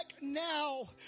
now